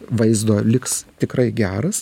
vaizdo liks tikrai geras